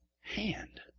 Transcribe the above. hand